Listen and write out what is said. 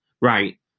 Right